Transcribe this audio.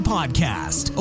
Podcast